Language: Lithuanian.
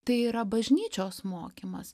tai yra bažnyčios mokymas